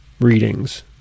readings